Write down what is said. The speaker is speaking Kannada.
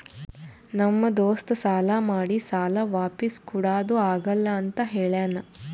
ನಮ್ ದೋಸ್ತ ಸಾಲಾ ಮಾಡಿ ಸಾಲಾ ವಾಪಿಸ್ ಕುಡಾದು ಆಗಲ್ಲ ಅಂತ ಹೇಳ್ಯಾನ್